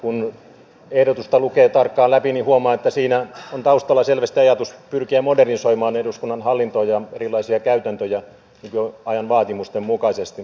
kun ehdotusta lukee tarkkaan läpi niin huomaa että siinä on taustalla selvästi ajatus pyrkiä modernisoimaan eduskunnan hallintoa ja erilaisia käytäntöjä ajan vaatimusten mukaisesti